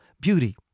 beauty